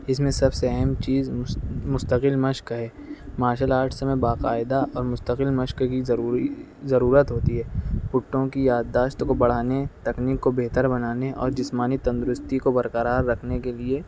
اس میں سب سے اہم چیز مستقل مشق ہے مارشل آرٹس میں باقاعدہ اور مستقل مشق کی ضروری ضرورت ہوتی ہے گٹھوں کی یادداشت کو بڑھانے تکینک کو بہتر بنانے اور جسمانی تندرستی کو برقرار رکھنے کے لیے